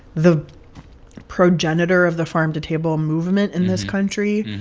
the progenitor of the farm-to-table movement in this country.